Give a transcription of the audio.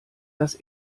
das